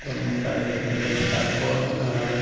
ᱛᱚ ᱢᱚᱥᱟᱨᱤ ᱠᱚᱛᱮ ᱞᱮ ᱥᱟᱵ ᱠᱚᱣᱟ ᱟᱨ